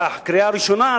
בקריאה הראשונה,